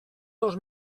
dos